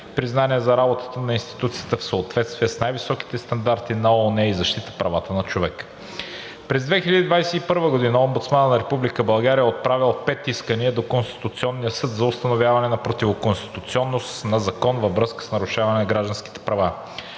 признание за работата на институцията в съответствие с най-високите стандарти на ООН и защита правата на човека. През 2021 г. Омбудсманът на Република България е отправил пет искания до Конституционния съд за установяване на противоконституционност на закон във връзка с нарушаване на граждански права.